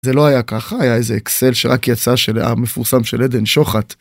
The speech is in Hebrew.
זה לא היה ככה, היה איזה אקסל שרק יצא של המפורסם של עדן שוחט.